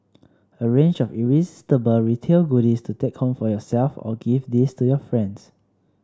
a range of irresistible retail goodies to take home for yourself or gift these to your friends